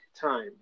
time